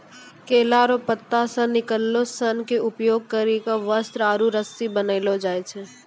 केला रो पत्ता से निकालो सन के उपयोग करी के वस्त्र आरु रस्सी बनैलो जाय छै